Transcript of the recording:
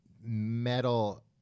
metal